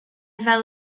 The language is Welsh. fel